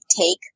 take